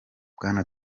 bwana